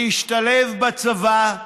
להשתלב בצבא,